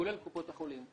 כולל קופות החולים,